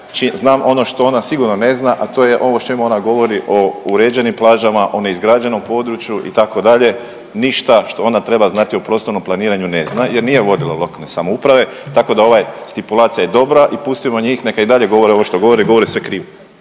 znam ono što ona sigurno ne zna, a to ovo o čemu ona govori o uređenim plažama, o neizgrađenom području itd., ništa što ona treba znati o prostornom planiranju ne zna jer nije vodila lokalne samouprave tako da ovaj stipulacija je dobra i pustimo njih neka i dalje govore ovo što govore i govore sve krivo.